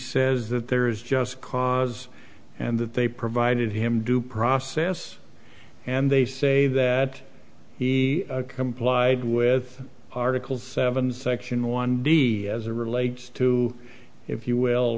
says that there is just cause and that they provided him due process and they say that he complied with article seven section one d as a relates to if you will